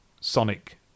Sonic